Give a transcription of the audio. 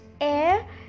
air